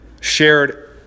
shared